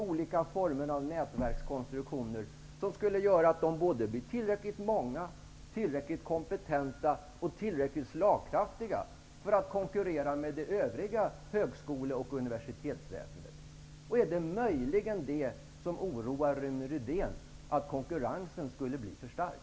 Olika former av nätverkskonstruktioner skulle göra att de blir tillräckligt många, kompetenta och slagkraftiga för att kunna konkurrera med det övriga högskole och universitetsväsendet. Är det möjligen det som oroar Rune Rydén, att konkurrensen skulle bli för stark?